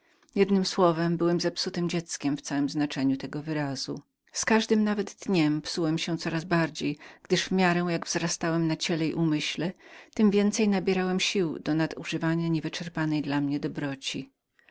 jednem słowem byłem zepsutem dzieckiem w całem znaczeniu tego wyrazu z każdym nawet dniem psułem się coraz bardziej gdyż w miarę jak wzrastałem na ciele i umyśle tem więcej nabierałem sił do nadużywania niewyczerpanej dla mnie dobroci